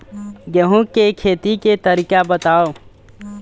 गेहूं के खेती के तरीका बताव?